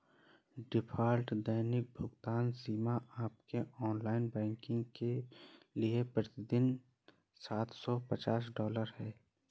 default दैनिक भुगतान सीमा आपके ऑनलाइन बैंकिंग के लिए प्रति दिन सात सौ पचास डॉलर है